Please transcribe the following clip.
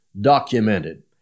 documented